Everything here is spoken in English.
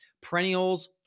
perennials